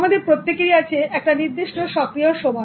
আমাদের প্রত্যেকেরই আছে একটা নির্দিষ্ট সক্রিয় সময়